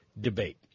debate